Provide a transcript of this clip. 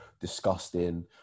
disgusting